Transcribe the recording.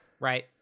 Right